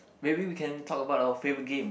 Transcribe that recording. maybe we can talk about our favorite game